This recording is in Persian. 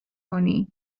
کنی